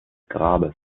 grabes